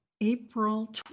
april